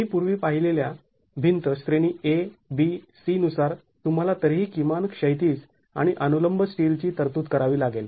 आम्ही पूर्वी पाहिलेल्या भिंत श्रेणी ABC नुसार तुम्हाला तरीही किमान क्षैतिज आणि अनुलंब स्टील ची तरतूद करावी लागेल